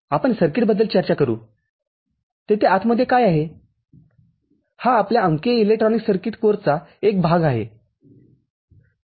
आपण सर्किटबद्दल चर्चा करू तेथे आतमध्ये काय आहे हा आपल्या अंकीय इलेक्ट्रॉनिक्स सर्किट कोर्सचा एक भाग आहे